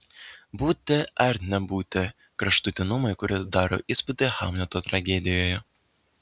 būti ar nebūti kraštutinumai kurie daro įspūdį hamleto tragedijoje